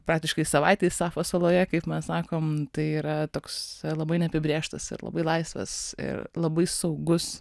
praktiškai savaitei sapfo saloje kaip mes sakom tai yra toks labai neapibrėžtas ir labai laisvas ir labai saugus